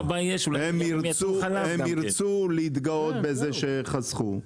הם ירצו להתגאות בזה שחסכו.